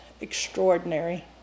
extraordinary